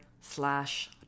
slash